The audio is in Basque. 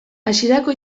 hasierako